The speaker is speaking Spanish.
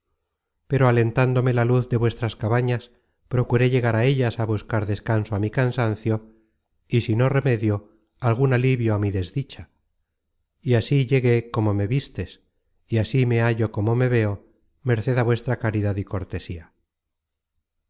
pero alentándome la luz de vuestras cabañas procuré llegar á ellas á buscar descanso á mi cansancio y si no remedio algun alivio á mi desdicha y así llegué como me vistes y así me hallo como me veo merced á vuestra caridad y cortesía